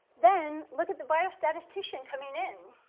then look at the biostatistician coming in.